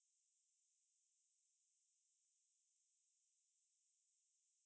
orh I see I think the pay not bad for that one but need to find and I don't want so